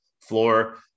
floor